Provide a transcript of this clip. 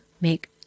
make